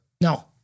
no